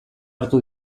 hartu